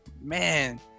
Man